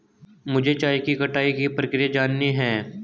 मुझे चाय की कटाई की प्रक्रिया जाननी है